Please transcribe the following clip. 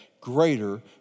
greater